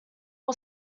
all